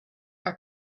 our